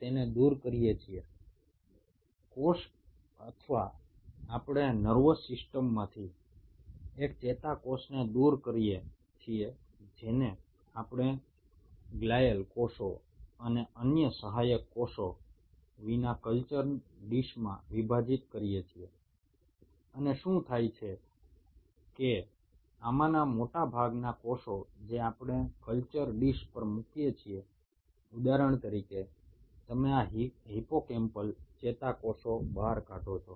যখন আমরা কোনো কোষকে বা কোনো নিউরনকে নার্ভাস সিস্টেম থেকে অপসারিত করে একটা কালচার ডিসে গ্লিয়াল কোষ এবং অন্যান্য সহায়ক কোষ ছাড়াই বিভাজিত করি তখন বেশিরভাগ কোষ যেগুলোকে আমরা কালচার ডিসে রেখেছিলাম উদাহরণ হিসেবে ধরা যাক তোমরা হিপোক্যাম্পাল নিউরোন নিয়ে কাজ করছো